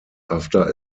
after